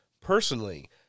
personally